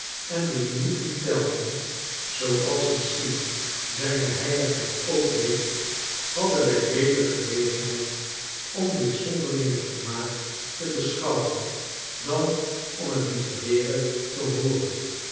en de minuten telden zooals misschien zijne heiligheid ook deed hadden wij beter gelegenheid om dit zondeiiinge vermaak te beschouwen dan om het m is e r e re te hooren